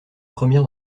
première